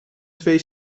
twee